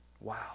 Wow